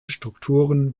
strukturen